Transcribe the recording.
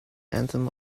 anthem